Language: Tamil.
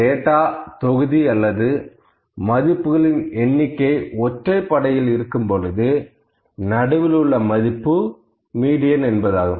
டேட்டா தொகுதி அல்லது மதிப்புகளின் எண்ணிக்கை ஒற்றைப்படையில் இருக்கும்போது நடுவில் உள்ள மதிப்பு மீடியன் என்பதாகும்